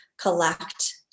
collect